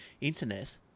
internet